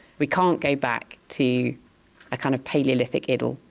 we can't go back to a kind of palaeolithic idyll,